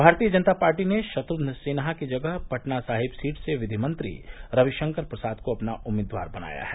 भारतीय जनता पार्टी ने शत्र्घ्न सिन्हा की जगह पटना साहिब सीट से विधि मंत्री रवि शंकर प्रसाद को अपना उम्मीदवार बनाया है